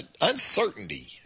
uncertainty